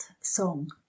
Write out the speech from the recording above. song